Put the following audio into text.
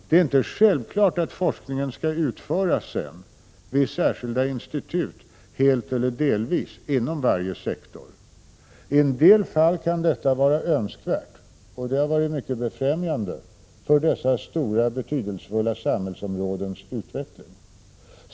Det är inte självklart att forskningen sedan skall utföras vid särskilda institut, helt eller delvis, inom varje sektor. I en del fall kan detta vara önskvärt, och det har varit mycket befrämjande för stora och betydelsefulla samhällsområdens utveckling.